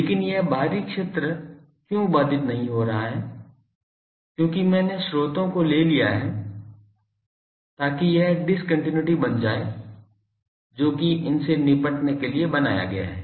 लेकिन यह बाहरी क्षेत्र क्यों बाधित नहीं हो रहा है क्योंकि मैंने स्रोतों को ले लिया है ताकि यह डिस्कन्टिन्यूइटी बन जाए जो कि इनसे निपटने के लिए बनाया गया है